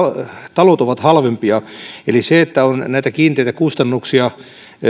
talot ovat halvempia eli kun on näitä kiinteitä kustannuksia